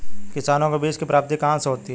किसानों को बीज की प्राप्ति कहाँ से होती है?